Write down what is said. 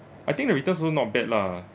I think the returns also not bad lah